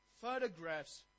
photographs